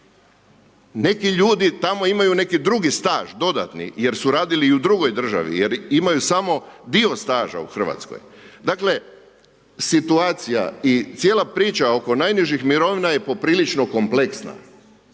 Neki ljudi tamo imaju neki drugi staž dodatni jer su radili i u drugoj državi jer imaju samo dio staža u RH. Dakle, situacija i cijela priča oko najnižih mirovina je poprilično kompleksna,